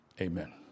Amen